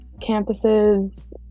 campuses